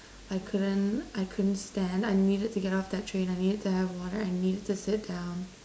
I couldn't I couldn't stand I needed to get off that train I needed to have water I needed to sit down